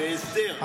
בהסדר.